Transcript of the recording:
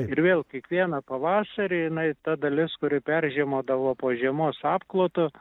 ir vėl kiekvieną pavasarį jinai ta dalis kuri peržiemodavo po žiemos apklotu